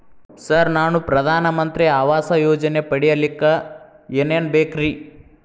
Sir ನಾನು ಪ್ರಧಾನ ಮಂತ್ರಿ ಆವಾಸ್ ಯೋಜನೆ ಪಡಿಯಲ್ಲಿಕ್ಕ್ ಏನ್ ಏನ್ ಬೇಕ್ರಿ?